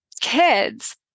Kids